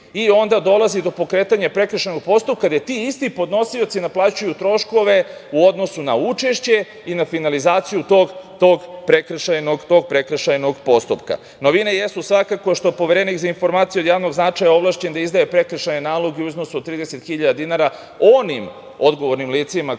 i onda dolazi do pokretanja prekršajnog postupka gde ti isti podnosioci naplaćuju troškove u odnosu na učešće i na finalizaciju tog prekršajnog postupka. Novine jesu, svakako, što je Poverenik za informacije od javnog značaja ovlašćen da izdaje prekršajne naloge u iznosu od 30.000 dinara onim odgovornim licima